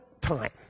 time